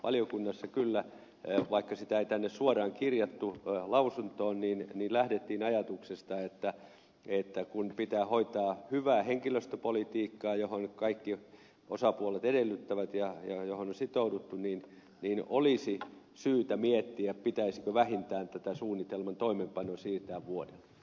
valiokunnassa kyllä vaikka sitä ei suoraan kirjattu tänne lausuntoon lähdettiin ajatuksesta että kun pitää hoitaa hyvää henkilöstöpolitiikkaa jota kaikki osapuolet edellyttävät ja johon on sitouduttu niin olisi syytä miettiä pitäisikö vähintään tätä suunnitelman toimeenpanoa siirtää vuodella